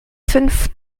fünf